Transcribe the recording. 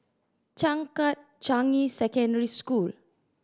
Changkat Changi Secondary School